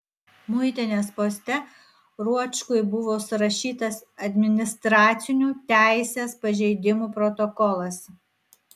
muitinės poste ruočkui buvo surašytas administracinių teisės pažeidimų protokolas